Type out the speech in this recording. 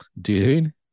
dude